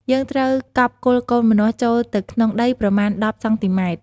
យើងត្រូវកប់គល់កូនម្នាស់ចូលទៅក្នុងដីប្រមាណ ១០ សង់ទីម៉ែត្រ។